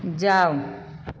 जाउ